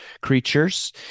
creatures